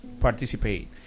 participate